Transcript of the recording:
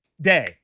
day